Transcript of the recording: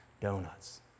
Donuts